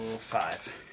five